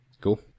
Cool